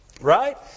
Right